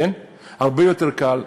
הרבה יותר קל,